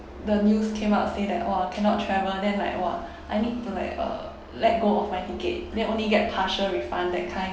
the news came out say that orh cannot travel then like !wah! I need to like uh let go of my ticket then only get partial refund that kind